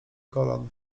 kolan